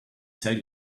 sell